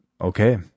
Okay